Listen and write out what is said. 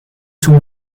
zum